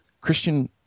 Christian